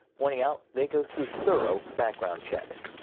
pointing out they go through thorough background checks.